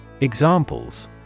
Examples